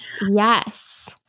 yes